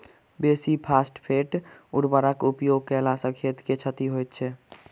बेसी फास्फेट उर्वरकक उपयोग कयला सॅ खेत के क्षति होइत छै